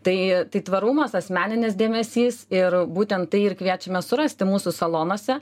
tai tai tvarumas asmeninis dėmesys ir būtent tai ir kviečiame surasti mūsų salonuose